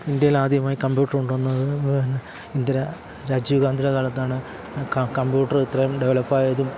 ഇന്ത്യയിലാദ്യമായി computer കൊണ്ടുവന്നത് പിന്നെ ഇന്ദിരാ രാജീവ് ഗാന്ധിയുടെ കാലത്താണ് ക കമ്പ്യൂട്ടർ ഇത്രേം ഡെവലപ്പായതും